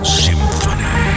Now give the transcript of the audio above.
symphony